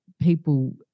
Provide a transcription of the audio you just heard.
people